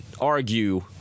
argue